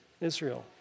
Israel